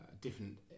different